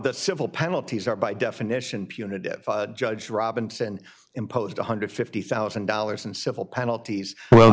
that civil penalties are by definition punitive judge robinson imposed one hundred and fifty thousand dollars in civil penalties well